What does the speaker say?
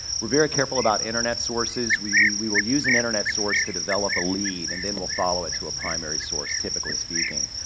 we're very careful about internet sources, we, we, we will use an internet source to develop a lead and then we'll follow it to a primary source typically speaking.